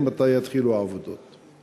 4. מתי יתחילו העבודות?